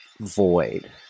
void